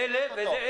בסדר.